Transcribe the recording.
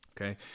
okay